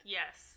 yes